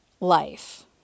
life